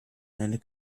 and